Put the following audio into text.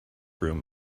room